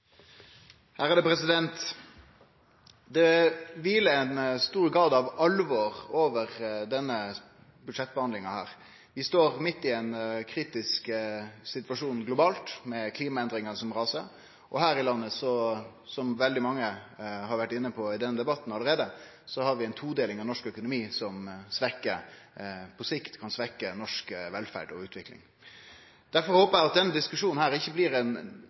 her i landet, som veldig mange har vore inne på i denne debatten allereie, har vi ei todeling av norsk økonomi som på sikt kan svekkje norsk velferd og utvikling. Derfor håper eg at denne diskusjonen ikkje berre blir ein runde med retoriske vendingar, men at vi tar på alvor den situasjonen vi er i, og at vi kan